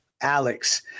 Alex